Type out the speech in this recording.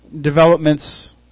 developments